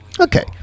Okay